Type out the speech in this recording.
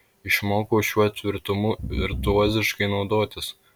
išmokau šiuo tvirtumu virtuoziškai naudotis